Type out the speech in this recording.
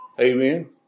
Amen